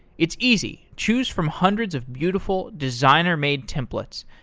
it's easy. choose from hundreds of beautiful designer-made templates.